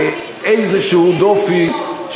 כשזה נוגע